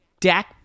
Dak